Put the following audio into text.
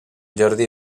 jordi